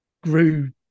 grew